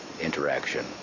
interaction